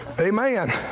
Amen